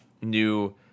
new